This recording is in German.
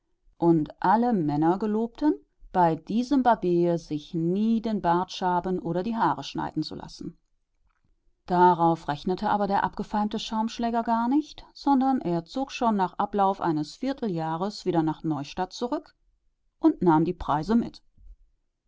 und alle männer gelobten bei diesem barbier sich nie den bart schaben oder die haare schneiden zu lassen darauf rechnete aber der abgefeimte schaumschläger gar nicht sondern er zog schon nach ablauf eines vierteljahres wieder nach neustadt zurück und nahm die preise mit